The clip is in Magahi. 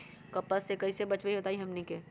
कपस से कईसे बचब बताई हमनी के?